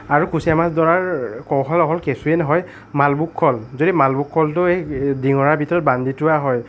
আৰু কুচীয়া মাছ ধৰাৰ কৌশল অকল কেঁচুৱে নহয় মালভোগ কল যদি মালভোগ কলটো এই ডিঙৰাৰ ভিতৰত বান্ধি থোৱা হয়